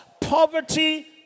poverty